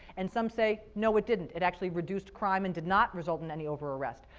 and some say no it didn't. it actually reduced crime and did not result in any over-arrest.